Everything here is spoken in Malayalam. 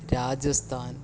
രാജസ്ഥാൻ